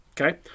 okay